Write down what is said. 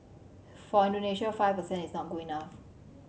for Indonesia five percent is not good enough